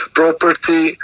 property